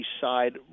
side